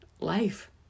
life